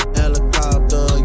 helicopter